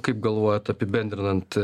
kaip galvojat apibendrinant